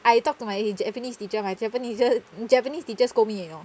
I talk to my eh japanese teacher my japanese teacher japanese teacher scold me you know